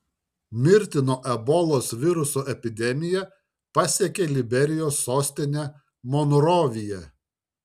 mirtino ebolos viruso epidemija pasiekė liberijos sostinę monroviją